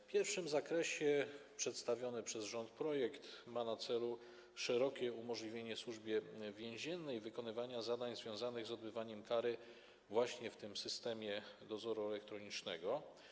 W pierwszym zakresie przedstawiony przez rząd projekt ma na celu szerokie umożliwienie Służbie Więziennej wykonywania zadań związanych z odbywaniem kary właśnie w systemie dozoru elektronicznego.